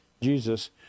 Jesus